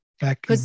back